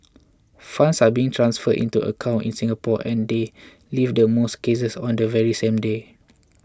funds are being transferred into accounts in Singapore and they leave the most cases on the very same day